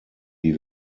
die